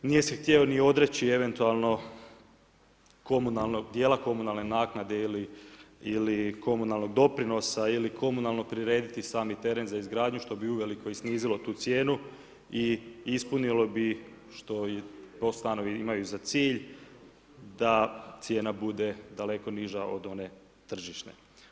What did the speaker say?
Nije se htio ni odreći eventualno komunalnog dijela, komunalne naknade ili komunalnog doprinosa ili komunalno prirediti sami teren za izgradnju što bi uvelike i snizilo tu cijenu i ispunilo bi što i POS stanovi imaju za cilj da cijena bude daleko niža od one tržišne.